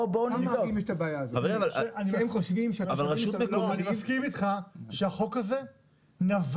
אני מסכים איתך שהחוק הזה נבע